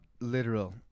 Literal